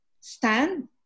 stand